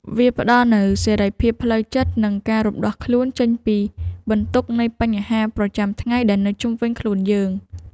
វាផ្ដល់នូវសេរីភាពផ្លូវចិត្ត និងការរំដោះខ្លួនចេញពីបន្ទុកនៃបញ្ហាប្រចាំថ្ងៃដែលនៅជុំវិញខ្លួនយើង។